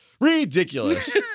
Ridiculous